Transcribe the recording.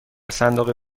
صندوق